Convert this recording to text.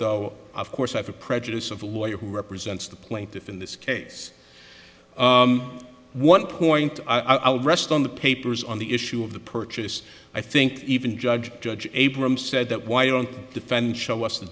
though of course i have a prejudice of lawyer who represents the plaintiff in this case one point i will rest on the papers on the issue of the purchase i think even judge judge abrams said that why don't defend show us the